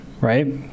Right